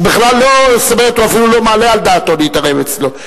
הוא בכלל, הוא אפילו לא מעלה על דעתו להתערב אצלו.